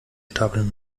stapeln